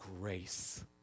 grace